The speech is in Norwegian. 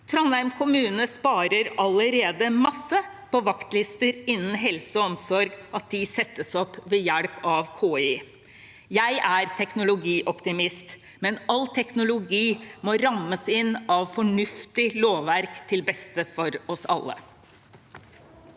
Trondheim kommunene sparer allerede masse på at vaktlister innen helse og omsorg settes opp ved hjelp av KI. Jeg er teknologioptimist, men all teknologi må rammes inn av fornuftig lovverk til beste for oss alle.